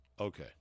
Okay